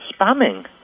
spamming